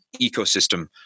ecosystem